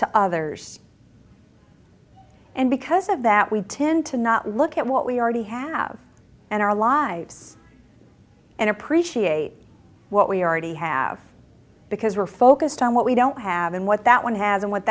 to others and because of that we tend to not look at what we already have and our lives and appreciate what we already have because we're focused on what we don't have and what that one ha